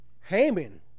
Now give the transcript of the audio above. Haman